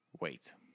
Wait